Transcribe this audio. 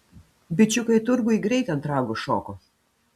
bičiukai turguj greitai ant rago šoko